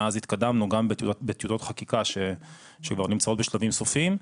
מאז התקדמנו גם בטיוטות חקיקה שכבר נמצאות בשלבים סופיים,